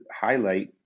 highlight